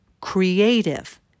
creative